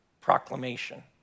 proclamation